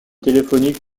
téléphonique